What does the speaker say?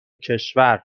کشور